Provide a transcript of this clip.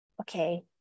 okay